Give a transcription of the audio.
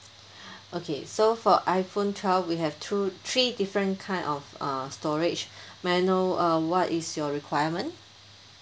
okay so for iPhone twelve we have two three different kind of uh storage may I know uh what is your requirement